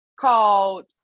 called